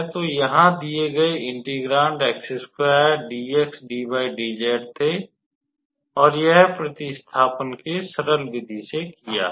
तो यहाँ दिए गए इंटीग्रांड थे और यह प्रतिस्थापन के सरल विधि से किया है